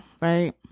right